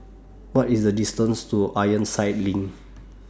What IS The distance to Ironside LINK